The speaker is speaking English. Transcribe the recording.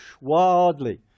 wildly